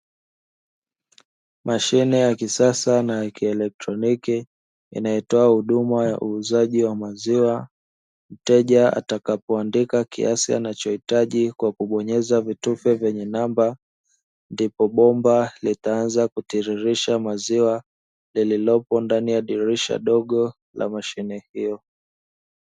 Mashine ya kisasa na ya kielektroniki inayotoa huduma ya uuzaji wa maziwa, mteja atakapoandika kiasi anacho hitaji kwa kubonyeza vitufe vyenye namba, ndipo bomba litaanza kutiririsha maziwa lililopo ndani ya dirisha dogo la mashine hiyo.